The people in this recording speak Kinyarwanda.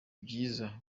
byiza